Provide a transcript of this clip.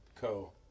co